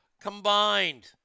Combined